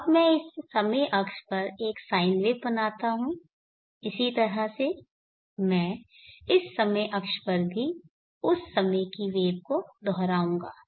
अब मैं इस समय अक्ष पर एक साइन वेव बनाता हूं इसी तरह से मैं इस समय अक्ष पर भी उस समय की वेव को दोहराऊंगा